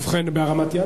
ובכן, בהרמת יד?